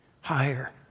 higher